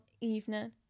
evening